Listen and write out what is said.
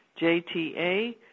JTA